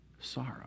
sorrow